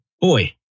Boy